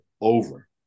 over